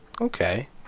Okay